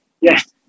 Yes